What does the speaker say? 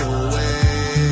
away